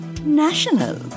national